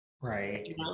Right